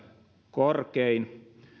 korkein